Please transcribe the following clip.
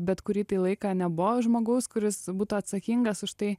bet kurį tą laiką nebuvo žmogaus kuris būtų atsakingas už tai